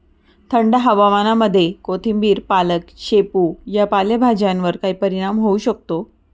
थंड हवामानामध्ये कोथिंबिर, पालक, शेपू या पालेभाज्यांवर काय परिणाम होऊ शकतो?